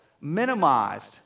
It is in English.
minimized